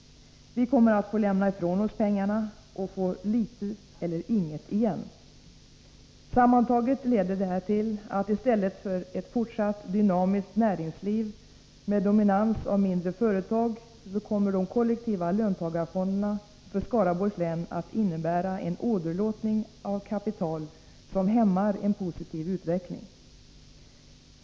Vi kommer att lämna ifrån oss pengarna och får litet eller inget igen. Sammantaget leder detta till att Skaraborgs län, i stället för ett fortsatt dynamiskt näringsliv med dominans av mindre företag, genom de kollektiva löntagarfonderna kommer att få vidkännas en åderlåtning av kapital, som hämmar en positiv utveckling.